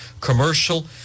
commercial